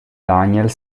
daniel